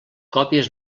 còpies